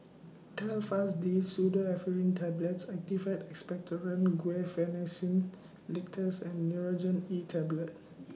Telfast D Pseudoephrine Tablets Actified Expectorant Guaiphenesin Linctus and Nurogen E Tablet